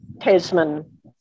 Tasman